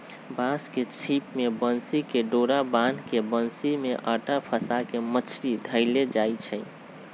बांस के छिप में बन्सी कें डोरा बान्ह् के बन्सि में अटा फसा के मछरि धएले जाइ छै